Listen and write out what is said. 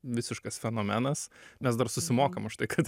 visiškas fenomenas mes dar susimokam už tai kad